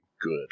Good